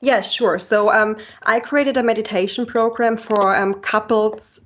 yeah, sure. so um i created a meditation program for um couples